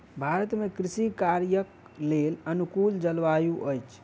भारत में कृषि कार्यक लेल अनुकूल जलवायु अछि